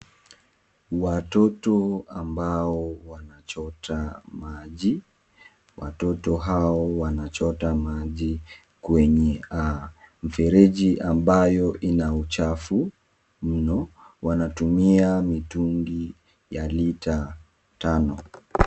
Watoto ambao wanachota maji, watoto hao wanachota maji kwenye mfereji ambayo ina uchafu mno, wanatumia mitungi ya lita tano.